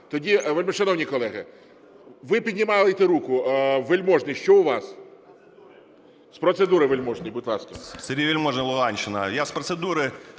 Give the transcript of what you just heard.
Тоді, вельмишановні колеги… Ви піднімаєте руку, Вельможний, що у вас? З процедури – Вельможний, будь ласка.